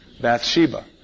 Bathsheba